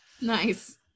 Nice